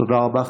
תודה רבה.